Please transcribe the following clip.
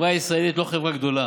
החברה הישראלית היא לא חברה גדולה,